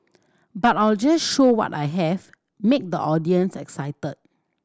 but I'll just show what I have make the audience excited